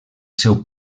seu